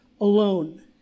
alone